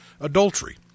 Adultery